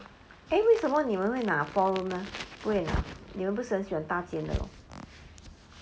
eh 为什么你们会拿 four room leh 你们不是很喜欢大间的 lor